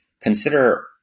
Consider